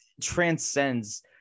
transcends